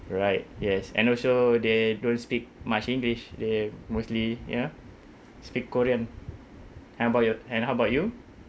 right yes and also they don't speak much english they mostly you know speak korean and about you and how about you